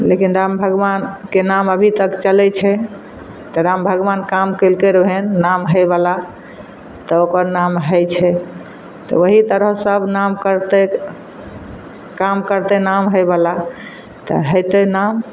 लेकिन राम भगबानके नाम अभी तक चलै छै तऽ राम भगबान काम कयलकै रऽ ओहन नाम हइ बला तऽ ओकर नाम हइ छै तऽ ओहि तरह सब नाम करतै काम करतै नाम होइबला तऽ होयतै नाम